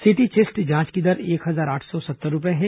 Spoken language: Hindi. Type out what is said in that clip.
सिटी चेस्ट जांच की दर एक हजार आठ सौ सत्तर रूपये है